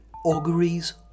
Auguries